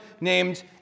named